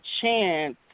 chance